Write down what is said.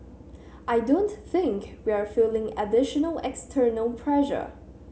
I don't think we're feeling additional external pressure